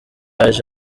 aje